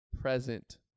present